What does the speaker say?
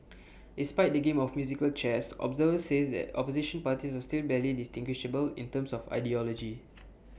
despite the game of musical chairs observers says the opposition parties are still barely distinguishable in terms of ideology